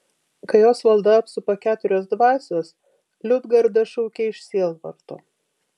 kai osvaldą apsupa keturios dvasios liudgarda šaukia iš sielvarto